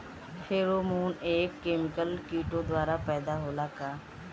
Pheromone एक chemical किटो द्वारा पैदा होला का?